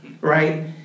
right